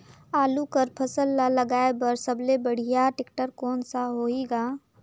आलू कर फसल ल लगाय बर सबले बढ़िया टेक्टर कोन सा होही ग?